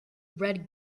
red